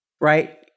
right